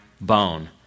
bone